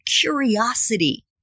curiosity